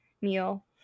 meal